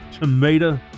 Tomato